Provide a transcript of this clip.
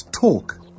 talk